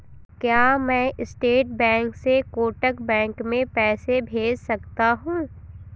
क्या मैं state bank से कोटक बैंक में पैसे भेज सकता हूँ?